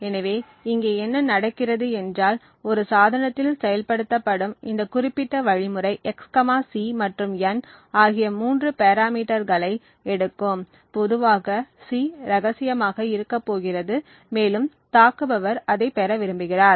எனவே இங்கே என்ன நடக்கிறது என்றால் ஒரு சாதனத்தில் செயல்படுத்தப்படும் இந்த குறிப்பிட்ட வழிமுறை x c மற்றும் n ஆகிய மூன்று பாராமீட்டர்ஸ்களை எடுக்கும் பொதுவாக c இரகசியமாக இருக்கப் போகிறது மேலும் தாக்குபவர் அதைப் பெற விரும்புகிறார்